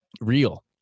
real